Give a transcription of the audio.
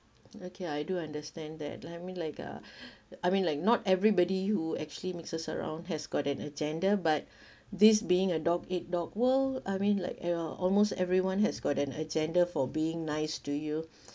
okay I do understand that like me like uh I mean like not everybody who actually mixes around has got an agenda but this being a dog eat dog world I mean like you all almost everyone has got an agenda for being nice to you